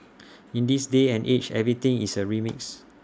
in this day and age everything is A remix